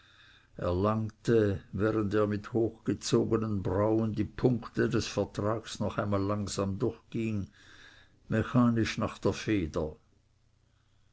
während er mit hochgezogenen brauen die punkte des vertrags noch einmal langsam durchging mechanisch nach der feder